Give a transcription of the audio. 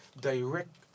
direct